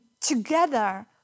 together